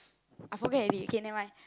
I forget already okay never mind